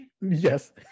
Yes